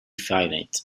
finite